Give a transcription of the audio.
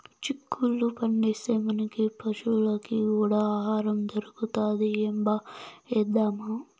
చిక్కుళ్ళు పండిస్తే, మనకీ పశులకీ కూడా ఆహారం దొరుకుతది ఏంబా ఏద్దామా